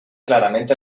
claramente